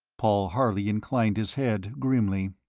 paul harley inclined his head, grimly.